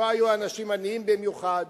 לא היו אנשים עניים במיוחד.